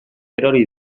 erori